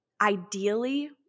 ideally –